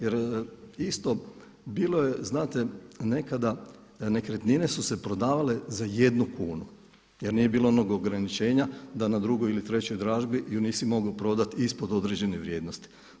Jer isto bilo je znate nekada nekretnine su se prodavale za 1 kunu jer nije bilo onog ograničenja da na drugoj ili trećoj dražbi je nisi mogao prodati ispod određene vrijednosti.